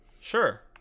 sure